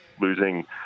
losing